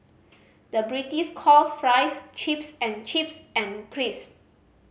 the British calls fries chips and chips and crisp